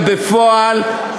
אתם יודעים שגם בפועל,